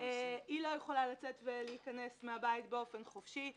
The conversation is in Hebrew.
היא לא יכולה לצאת ולהיכנס מהבית באופן חופשי.